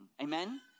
Amen